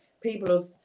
people